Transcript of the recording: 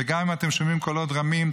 וגם אם אתם שומעים קולות רמים,